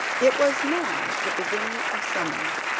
it was now the beginning of summer,